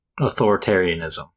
authoritarianism